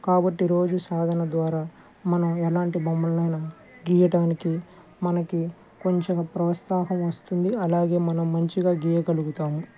కాబట్టి రోజు సాధన ద్వారా మనం ఎలాంటి బొమ్మలని అయినా గీయటానికి మనకి కొంచెం ప్రోత్సాహం వస్తుంది అలాగే మనం మంచిగా గీయగలుగుతాము